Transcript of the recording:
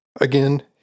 again